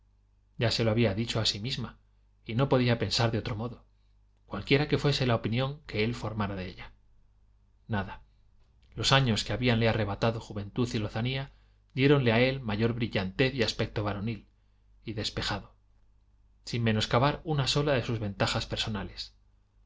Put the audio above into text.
ya se lo había dicho a sí misma y no podía pensar de otro modo cualquiera que fuese la opinión que él formara de ella nada los años que habíanle arrebatado juventud y lozanía diéronle a él mayor brillantez y aspecto varonil y despejado sin menoscabar una sola de sus ventajas personales